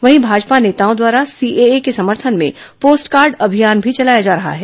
वहीं भाजपा नेताओं द्वारा सीएए के समर्थन में पोस्ट कार्ड अभियान भी चलाया जा रहा है